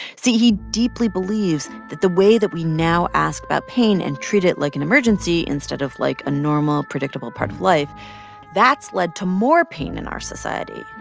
see. he deeply believes that the way that we now ask about pain and treat it like an emergency instead of like a normal, predictable part of life that's led to more pain in our society,